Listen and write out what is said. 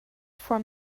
from